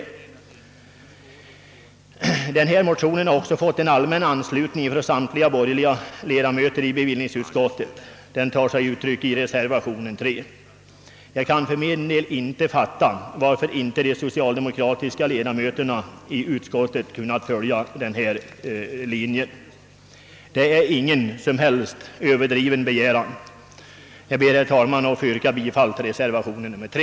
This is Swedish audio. Denna motion har fått allmän anslutning från samtliga borgerliga ledamöter i bevillningsutskottet, en anslutning som tar sig uttryck i reservation nr 3. Jan kan för min del inte fatta varför inte de socialdemokratiska ledamöterna i utskottet kunnat följa denna linje. Vår begäran är inte överdriven. Jag ber, herr talman, att få yrka bifall till reservation 3.